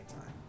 time